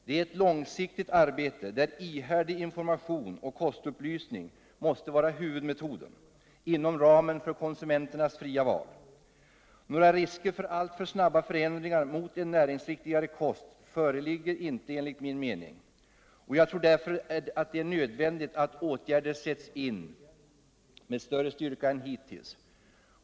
Det är ett långsiktigt arbete, där ihärdig information och kostupplysning måste vara huvudmetoden inom ramen för konsumenternas fria val. Några risker för alltför snabba förändringar mot en näringsriktigare kost föreligger inte enligt min mening. Jag tror därför att det är nödvändigt att åtgärder sätts in med större styrka än hiuills.